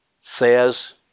says